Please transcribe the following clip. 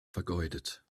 vergeudet